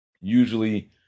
Usually